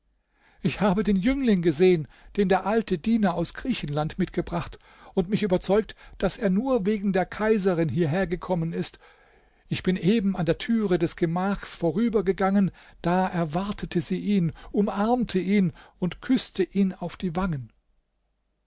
ich habe den jüngling gesehen den der alte diener aus griechenland mitgebracht und mich überzeugt daß er nur wegen der kaiserin hierher gekommen ist ich bin eben an der türe des gemachs vorübergegangen da erwartete sie ihn umarmte ihn und küßte ihn auf die wangen